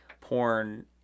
porn